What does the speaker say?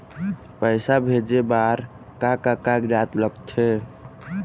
पैसा भेजे बार का का कागजात लगथे?